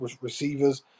receivers